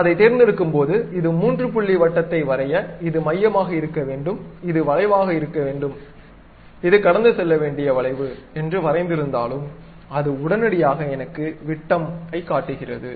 நான் அதைத் தேர்ந்தெடுக்கும்போது இது மூன்று புள்ளி வட்டத்தை வரைய இது மையமாக இருக்க வேண்டும் இது வளைவாக இருக்க வேண்டும் இது கடந்து செல்ல வேண்டிய வளைவு என்று வரைந்திருந்தாலும் அது உடனடியாக எனக்கு விட்டம்' ஐ காட்டுகிறது